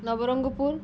Nabarangpur